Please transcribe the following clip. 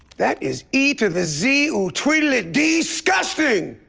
that is e to the z ooh tweedly-dee-sgusting!